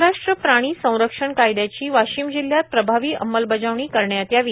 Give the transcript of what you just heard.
महाराष्ट्र प्राणी संरक्षण कायद्याची वाशीम जिल्ह्यात प्रभावी अंमलबजावणी करण्यात यावी